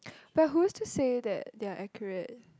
but who is to say that they are accurate